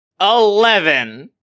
Eleven